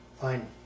Fine